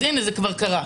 אז הינה זה כבר קרה,